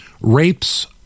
rapes